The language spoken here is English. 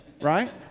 right